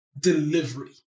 delivery